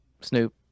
Snoop